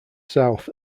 south